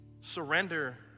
Surrender